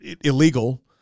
illegal